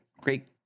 great